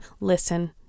listen